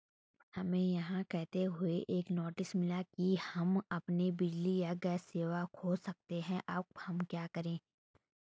हमें यह कहते हुए एक नोटिस मिला कि हम अपनी बिजली या गैस सेवा खो सकते हैं अब हम क्या करें?